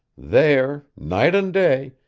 there, night and day,